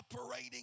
operating